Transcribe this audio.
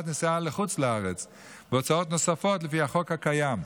נסיעה לחוץ לארץ והוצאות נוספות לפי החוק הקיים.